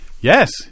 Yes